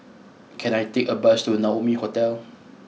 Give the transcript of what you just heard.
can I take a bus to Naumi Hotel